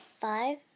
Five